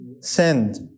send